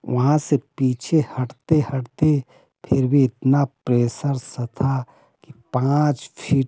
वहाँ से पीछे हटते हटते फिर भी इतना प्रेसर सा था कि पाँच फ़िट